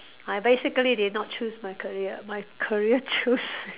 I basically did not choose my career my career choose me